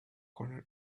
corner